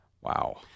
Wow